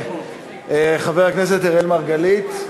חבר הכנסת אראל מרגלית,